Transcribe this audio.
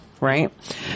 right